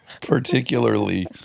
particularly